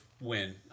Win